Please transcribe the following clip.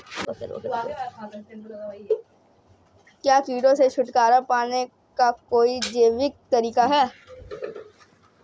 क्या कीटों से छुटकारा पाने का कोई जैविक तरीका है?